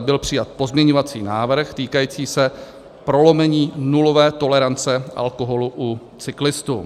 byl přijat pozměňovací návrh týkající se prolomení nulové tolerance alkoholu u cyklistů.